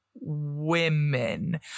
women